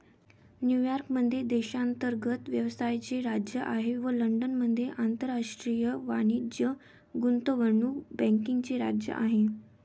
New York मध्ये देशांतर्गत व्यवसायाचे राज्य आहे व लंडनमध्ये आंतरराष्ट्रीय वाणिज्य गुंतवणूक बँकिंगचे राज्य आहे